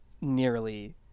nearly